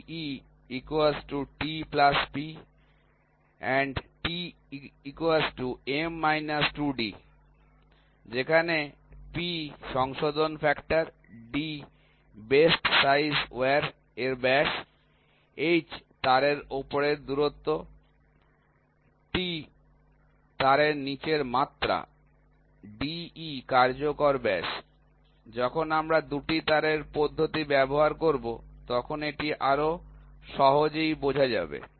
DeTP T M 2d যেখানে P সংশোধন factor d best size wire এর ব্যাস M তারের ওপরে দূরত্ব T তারের নিচের মাত্রা De কার্যকর ব্যাস যখন আমরা ২টি তারের পদ্ধতি ব্যবহার করব তখন এটি আরও সহজেই বোঝা যাবে